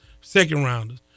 second-rounders